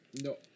No